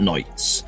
Nights